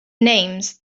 names